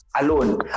alone